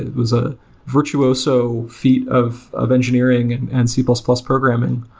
who's a virtuoso feat of of engineering and and c plus plus programming.